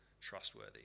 trustworthy